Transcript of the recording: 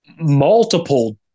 multiple